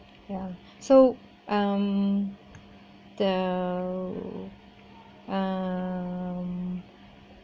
yeah so um the um